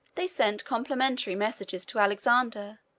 they sent complimentary messages to alexander,